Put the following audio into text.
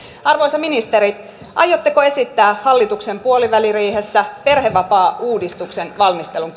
arvoisa ministeri aiotteko esittää hallituksen puoliväliriihessä perhevapaauudistuksen valmistelun